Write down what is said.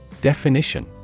Definition